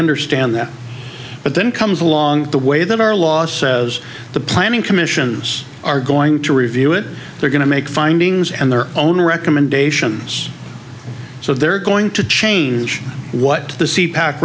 understand that but then comes along the way that our law says the planning commission is are going to review it they're going to make findings and their own recommendations so they're going to change what the c pack